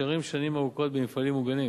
נשארים שנים ארוכות במפעלים מוגנים,